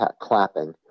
clapping